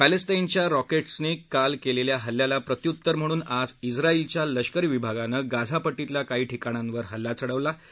पॅलेस्टाईनच्या rockets नी काल केलेल्या हल्ल्याला प्रत्युत्तर म्हणून आज इस्रायलच्या लष्करी विभागांनी गाझा पट्टीतल्या काही ठिकाणांवर हल्ला चढवढा